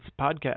podcast